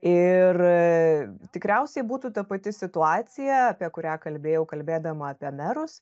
ir tikriausiai būtų ta pati situacija apie kurią kalbėjau kalbėdama apie merus